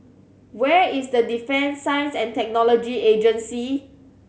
where is the Defence Science And Technology Agency